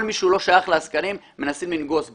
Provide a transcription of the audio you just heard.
כל מי שהוא לא שייך לעסקנים, מנסים לנגוס בו.